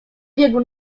biegł